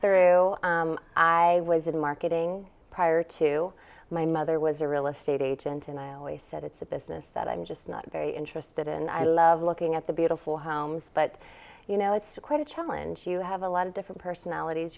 through i was in marketing prior to my mother was a real estate agent and i always said it's a business that i'm just not very interested and i love looking at the beautiful homes but you know it's quite a challenge you have a lot of different personalities